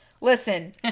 listen